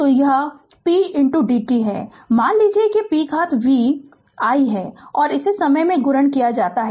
तो यह p dt है मान लीजिए कि p घात v i है और इसे समय से गुणन किया जाता है